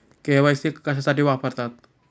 KYC कशासाठी वापरतात?